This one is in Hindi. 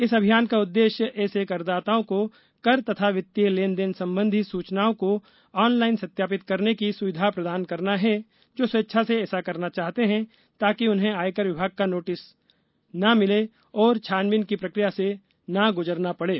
इस अभियान का उद्देश्य ऐसे करदाताओं को कर तथा वित्तीय लेनदेन संबंधी सूचनाओं को ऑनलाइन सत्यापित करने की सुविधा प्रदान करना है जो स्वेच्छा से ऐसा करना चाहते हैं ताकि उन्हें आयकर विभाग का नोटिस न मिले और छानबीन की प्रक्रिया से न गुजरना पड़े